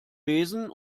besen